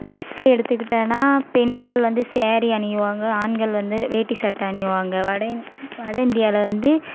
dress எடுத்துக்கிட்டன்னால் பெண்கள் வந்து சேரீ அணிவாங்க ஆண்கள் வந்து வேட்டி சட்டை அணிவாங்க வட இந் வட இந்தியாவில் வந்து